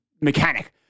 mechanic